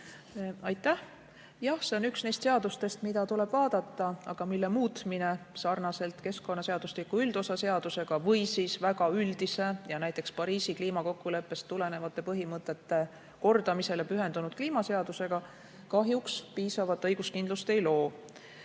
Aitäh! Jah, see on üks neist seadustest, mida tuleb vaadata, aga mille muutmine sarnaselt keskkonnaseadustiku üldosa seadusega või väga üldise ja näiteks Pariisi kliimakokkuleppest tulenevate põhimõtete kordamisele pühendunud kliimaseadusega kahjuks piisavat õiguskindlust ei loo.